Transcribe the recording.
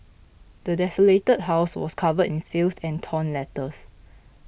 the desolated house was covered in filth and torn letters